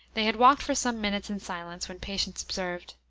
they had walked for some minutes in silence, when patience observed,